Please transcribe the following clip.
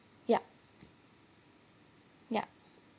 yup yup